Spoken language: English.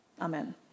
Amen